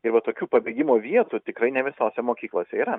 ir va tokių pabėgimo vietų tikrai ne visose mokyklose yra